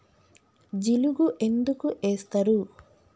జిలుగు ఎందుకు ఏస్తరు?